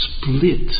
split